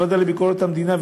בוועדה לביקורת המדינה,